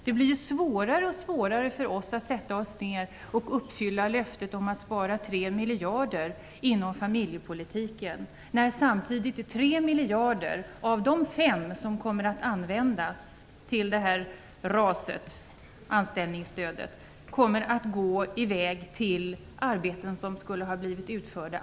Det blir svårare för oss att uppfylla löftet om att spara 3 miljarder inom familjepolitiken när 3 miljarder av de 5 som kommer att användas till RAS, anställningsstödet, kommer att gå till arbeten som i alla fall skulle ha blivit utförda.